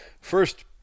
First